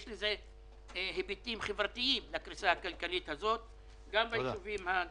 לקריסה הכלכלית הזאת יש היבטים חברתיים גם בישובים הדרוזיים,